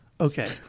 Okay